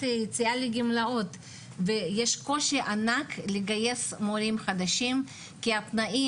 היציאה לגמלאות ויש קושי ענק לגייס מורים חדשים כי תנאי